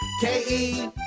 K-E